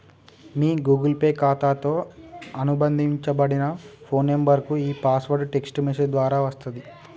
మీ Google Pay ఖాతాతో అనుబంధించబడిన phone నంబర్కు ఈ పాస్వర్డ్ టెక్ట్స్ మెసేజ్ ద్వారా వస్తది